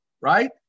right